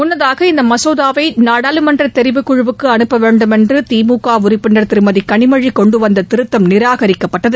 முன்னதாக இந்த மசோதாவை நாடாளுமன்ற தெரிவுக்குழுவுக்கு அறுப்ப வேண்டுமென்று திமுக உறுப்பினர் திருமதி கனிமொழி கொண்டு வந்த திருத்தம் நிராகரிக்கப்பட்டது